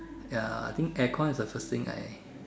ya I think aircon is the first thing I